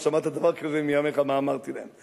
לא שמעת דבר כזה מימיך מה אמרתי להם.